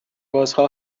بازها